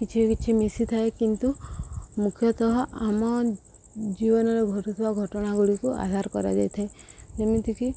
କିଛି କିଛି ମିଶିଥାଏ କିନ୍ତୁ ମୁଖ୍ୟତଃ ଆମ ଜୀବନରେ ଘଟୁଥିବା ଘଟଣାଗୁଡ଼ିକୁ ଆଧାର କରାଯାଇଥାଏ ଯେମିତିକି